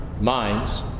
minds